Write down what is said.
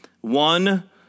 One